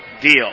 deal